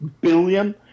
billion